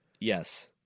yes